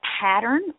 pattern